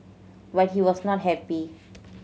but he was not happy